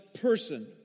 person